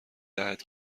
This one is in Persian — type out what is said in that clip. دهد